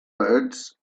birds